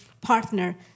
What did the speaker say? partner